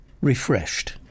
refreshed